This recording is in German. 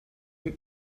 dem